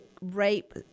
rape